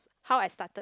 how I started